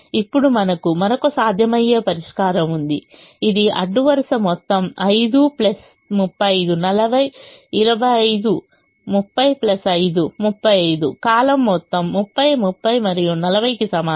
ఇప్పుడు మనకు మరొక సాధ్యమయ్యే పరిష్కారం ఉంది ఇది అడ్డు వరుస మొత్తం 5 35 40 25 30 5 35 కాలమ్ మొత్తం 30 30 మరియు 40 కి సమానం